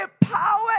power